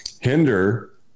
hinder